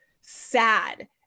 sad